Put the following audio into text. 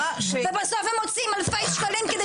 ובסוף הם מוציאים אלפי שקלים כדי